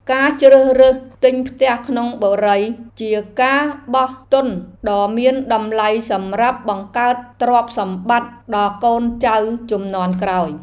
ការជ្រើសរើសទិញផ្ទះក្នុងបុរីជាការបោះទុនដ៏មានតម្លៃសម្រាប់បង្កើតទ្រព្យសម្បត្តិដល់កូនចៅជំនាន់ក្រោយ។